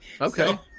Okay